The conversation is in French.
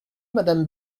madame